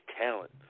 talent